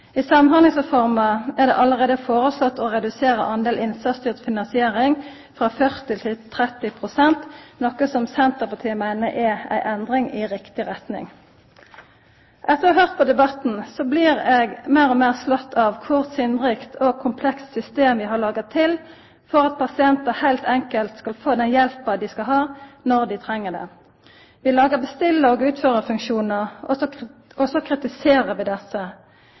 I Samhandlingsreforma er det allereie foreslått å redusera innsatsstyrt finansiering frå 40 pst. til 30 pst., noko som Senterpartiet meiner er ei endring i riktig retning. Etter å ha høyrt på debatten blir eg meir og meir slått av kor sinnrikt og komplekst system vi har laga for at pasientar heilt enkelt skal få den hjelpa dei skal ha, når dei treng det. Vi lagar bestillar- og utførarfunksjonar, og så kritiserer vi desse.